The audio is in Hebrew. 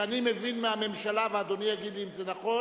שאני מבין מהממשלה, ואדוני יגיד לי אם זה נכון,